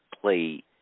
play